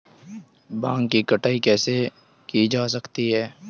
भांग की कटाई कैसे की जा सकती है?